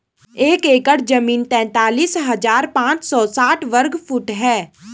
एक एकड़ जमीन तैंतालीस हजार पांच सौ साठ वर्ग फुट है